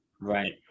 right